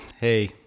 hey